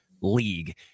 league